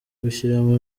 gushyiramo